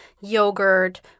yogurt